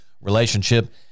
relationship